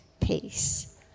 peace